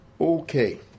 Okay